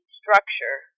structure